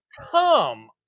come